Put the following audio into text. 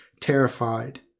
terrified